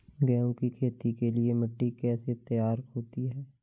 गेहूँ की खेती के लिए मिट्टी कैसे तैयार होती है?